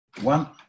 one